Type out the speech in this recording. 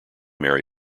mary